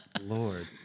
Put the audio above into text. Lord